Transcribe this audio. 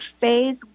Phase